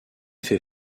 fait